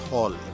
Hall